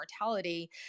mortality